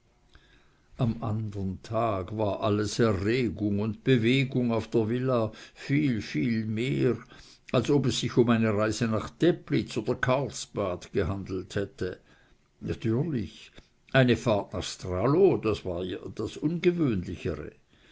am andern tage war alles erregung und bewegung auf der villa viel viel mehr als ob es sich um eine reise nach teplitz oder karlsbad gehandelt hätte natürlich eine fahrt nach stralow war ja das ungewöhnlichere